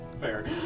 Fair